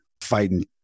fighting